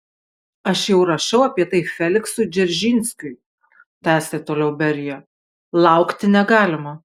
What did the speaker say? aš jau rašiau apie tai feliksui dzeržinskiui tęsė toliau berija laukti negalima